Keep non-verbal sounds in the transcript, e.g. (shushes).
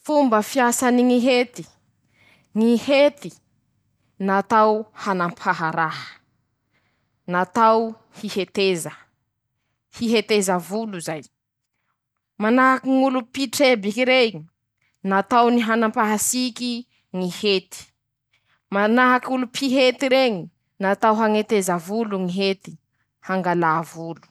Ñy atao hoe fangala sary, appareil numérique io, mampiasa teknolojy lafa mampiasa ñ'azy, misy ñy mm fomba fanava ñ'azy fangala ñ'any sary iñy, mitifitsy sary teña la aboakiny (shushes) sary iñy laha bakeo